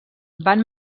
van